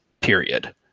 period